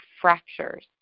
fractures